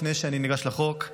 לפני שאני ניגש לחוק,